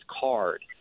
card